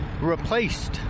replaced